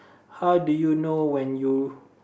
how do you know when you